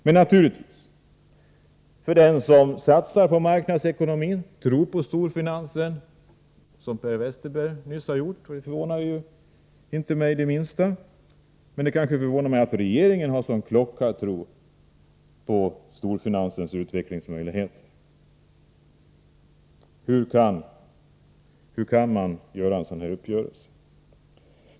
Det är naturligtvis riktigt för den som satsar på marknadsekonomin och tror på storfinansen, som vi nyss hörde att Per Westerberg gör, vilket inte förvånar mig det minsta. Men det förvånar mig att regeringen har sådan klockartro på storfinansens utvecklingsmöjligheter. Hur kan man medverka till en sådan här uppgörelse?